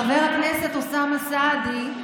חבר הכנסת אוסאמה סעדי,